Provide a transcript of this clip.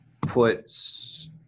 puts